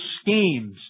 schemes